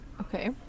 okay